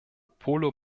polo